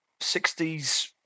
60s